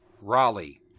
Raleigh